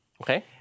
Okay